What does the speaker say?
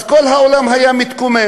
אז כל העולם היה מתקומם,